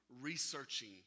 researching